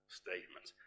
statements